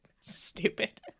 Stupid